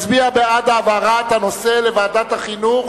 מצביע בעד העברת הנושא לוועדת החינוך